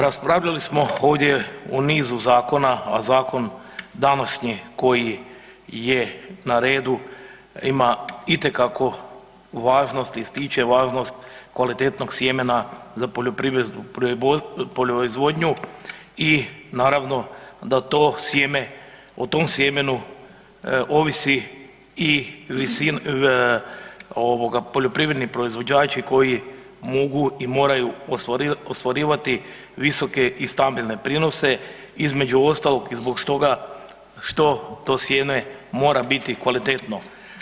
Raspravljali smo ovdje o nizu zakona a zakon današnji koji je na redu, ima itekako važnost, ističe važnost kvalitetnog sjemena za poljoprivrednu proizvodnju i naravno da to sjeme, o tom sjemenu ovise i poljoprivredni proizvođači koji mogu i moraju ostvarivati visoke i stabilne prinose, između ostalog i zbog toga što to sjeme mora biti kvalitetno.